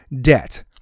debt